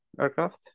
aircraft